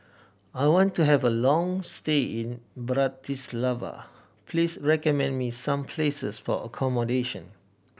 I want to have a long stay in Bratislava please recommend me some places for accommodation